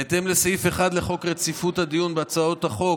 בהתאם לסעיף 1 לחוק רציפות הדיון בהצעות החוק,